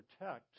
protect